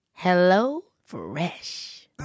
HelloFresh